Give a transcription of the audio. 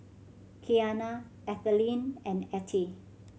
Qiana Ethelyn and Attie